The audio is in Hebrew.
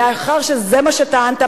מאחר שזה מה שטענת,